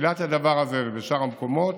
לתחילת הדבר הזה בשאר המקומות.